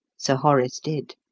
sir horace did.